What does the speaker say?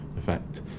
effect